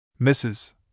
Mrs